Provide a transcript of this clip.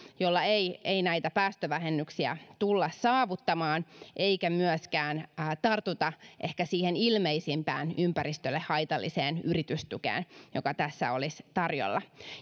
jolla ei ei näitä päästövähennyksiä tulla saavuttamaan eikä myöskään tartuta ehkä siihen ilmeisimpään ympäristölle haitalliseen yritystukeen joka tässä olisi tarjolla